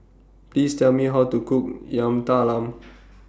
Please Tell Me How to Cook Yam Talam